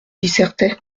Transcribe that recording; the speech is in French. dissertait